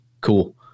cool